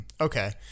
Okay